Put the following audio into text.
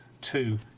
two